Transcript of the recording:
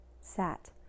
sat